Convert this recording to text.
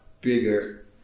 bigger